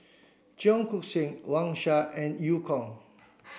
Cheong Koon Seng Wang Sha and Eu Kong